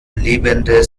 lebende